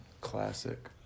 classic